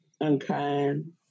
unkind